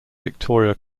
victoria